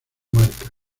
marcas